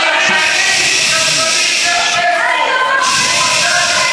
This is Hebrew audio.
זה הפייסבוק, זה מה שהם, שששש.